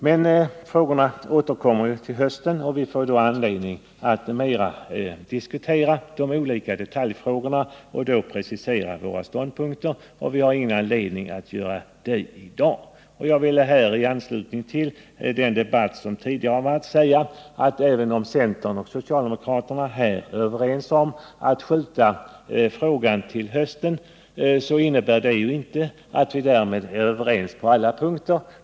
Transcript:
Men propositionen återkommer ju till hösten, och vi får då anledning att närmare diskutera de olika detaljfrågorna och precisera våra ståndpunkter, och vi har därför ingen anledning att göra det i dag. I anslutning till den debatt som förts tidigare i dag vill jag också säga att även om centern och socialdemokraterna är överens om att frågan bör skjutas till hösten, så innebär inte detta att vi är överens på alla punkter.